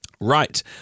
Right